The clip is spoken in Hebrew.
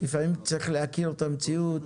לפעמים צריך להכיר את המציאות